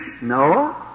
No